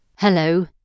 Hello